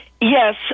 Yes